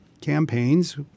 campaigns